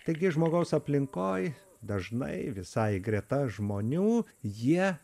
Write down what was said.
taigi žmogaus aplinkoj dažnai visai greta žmonių jie